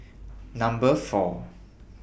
Number four